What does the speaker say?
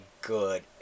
good